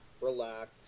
relax